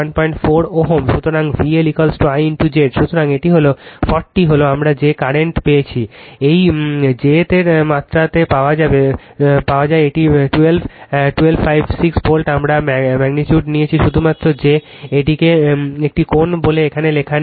সুতরাং VLI Z সুতরাং এটি হল 40 হল আমরা যে কারেন্ট পেয়েছি এই jth এর মাত্রা পাবে এটি 12 1256 ভোল্ট আমরা ম্যাগনিটিউড নিয়েছি শুধুমাত্র যে এটিকে একটি কোণ বলে এখানে লেখা নেই